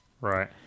Right